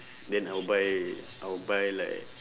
then I will buy I will buy like